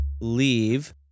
leave